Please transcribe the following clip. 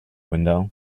window